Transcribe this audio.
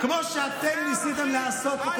אלה הערכים?